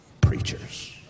preachers